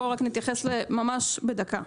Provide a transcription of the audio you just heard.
בואו רק נתייחס ממש בדקה.